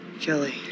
Kelly